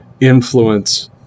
influence